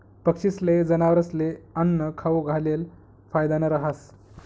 पक्षीस्ले, जनावरस्ले आन्नं खाऊ घालेल फायदानं रहास